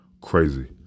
Crazy